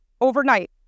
overnight